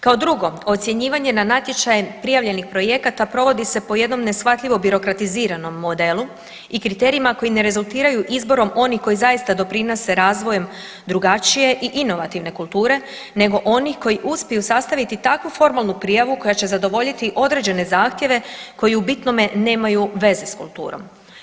Kao drugo, ocjenjivanje na natječaj prijavljenih projekata provodi se po jednom neshvatljivo birokratiziranom modelu i kriterijima koji ne rezultiraju izborom onih koji zaista doprinose razvojem drugačije i inovativne kulture nego onih koji uspiju sastaviti takvu formalnu prijavu koja će zadovoljiti određene zahtjeve koji u bitnome nemaju veze s kulturom.